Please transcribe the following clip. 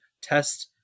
test